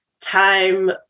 time